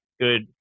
good